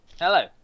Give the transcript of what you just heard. Hello